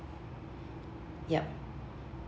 yup